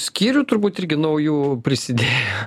skyrių turbūt irgi naujų prisidėjo